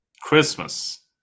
christmas